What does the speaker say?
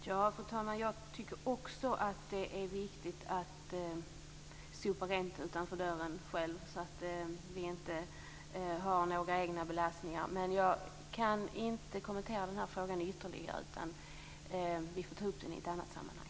Fru talman! Också jag tycker att det är viktigt att sopa rent framför egen dörr så att vi inte har några egna belastningar. Men jag kan inte kommentera den här frågan ytterligare, utan vi får ta upp den i ett annat sammanhang.